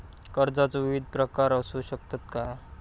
कर्जाचो विविध प्रकार असु शकतत काय?